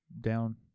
down